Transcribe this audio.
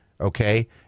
okay